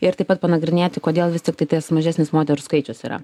ir taip pat panagrinėti kodėl vis tiktai tas mažesnis moterų skaičius yra